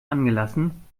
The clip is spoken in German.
angelassen